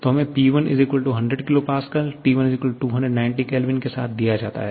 तो हमें P1 100 kPa T1 290 K के साथ दिया जाता है